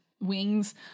wings